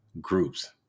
groups